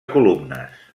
columnes